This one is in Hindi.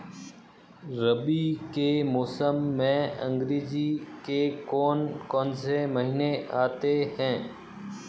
रबी के मौसम में अंग्रेज़ी के कौन कौनसे महीने आते हैं?